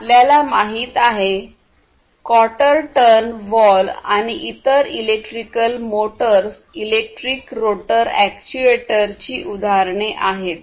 तर आपल्याला माहित आहे क्वार्टर टर्न व्हॉल्व्ह आणि इतर electrical motors electric rotor actuator ची उदाहरणे आहेत